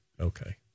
Okay